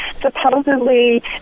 supposedly